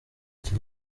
iki